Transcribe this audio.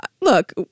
look